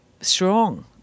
strong